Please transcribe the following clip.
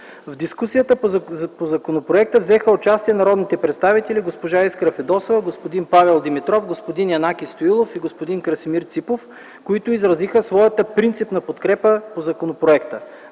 В дискусията по законопроекта взеха участие народните представители госпожа Искра Фидосова, господин Павел Димитров, господин Янаки Стоилов и господин Красимир Ципов, които изразиха своята принципна подкрепа по законопроекта.